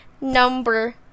number